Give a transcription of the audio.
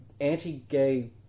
anti-gay